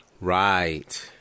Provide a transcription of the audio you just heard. Right